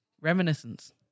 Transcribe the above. Reminiscence